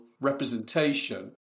representation